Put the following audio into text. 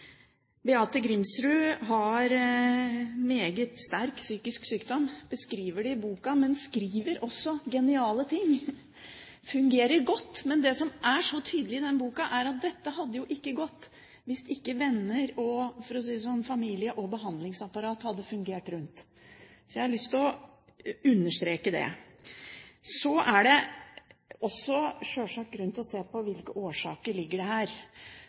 Beate Grimsrud har en meget alvorlig psykisk sykdom – hun beskriver den i boken – men skriver geniale ting og fungerer godt. Men det som er så tydelig i boken, er at dette ikke hadde gått hvis ikke venner – for å si det sånn – familie og behandlingsapparatet rundt henne hadde fungert. Jeg har lyst til å understreke det. Så er det sjølsagt grunn til å se på hvilke årsaker som foreligger her.